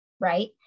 right